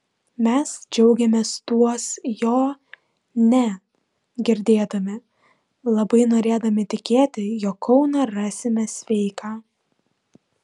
mes džiaugėmės tuos jo ne girdėdami labai norėdami tikėti jog kauną rasime sveiką